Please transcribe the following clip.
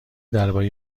درباره